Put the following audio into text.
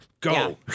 go